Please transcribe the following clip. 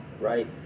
right